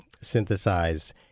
synthesized